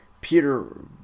Peter